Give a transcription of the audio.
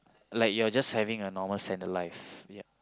like you are just having a normal standard life ya